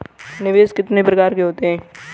निवेश कितने प्रकार के होते हैं?